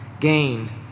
gained